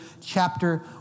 chapter